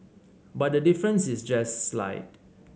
but the difference is just slight